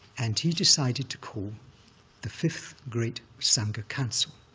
and he decided to call the fifth great sangha council